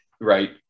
right